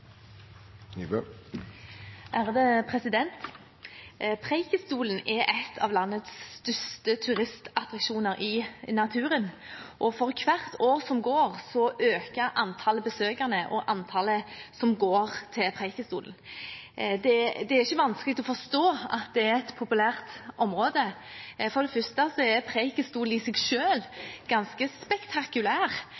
av landets største turistattraksjoner i naturen, og for hvert år som går, øker antallet besøkende og tallet på dem som går til Preikestolen. Det er ikke vanskelig å forstå at det er et populært område. For det første er Preikestolen i seg